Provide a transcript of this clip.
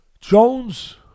Jones